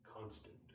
constant